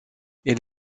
elle